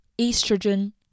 estrogen